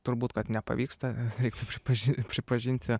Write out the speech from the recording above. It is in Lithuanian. turbūt kad nepavyksta reiktų pripažin pripažinti